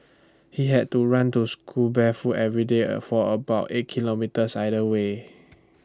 he had to run to school barefoot every day for about eight kilometres either way